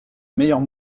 meilleure